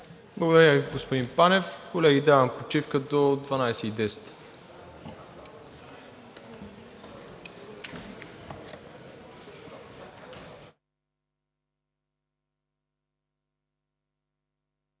Благодаря Ви, господин Панев. Колеги, давам почивка до 12,10